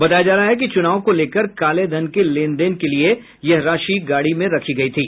बताया जा रहा है कि चुनाव को लेकर काले धन के लेन देन के लिए यह राशि गाड़ी में रखी गयी थी